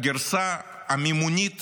הגרסה המימונית